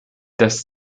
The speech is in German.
das